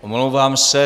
Omlouvám se.